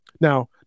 now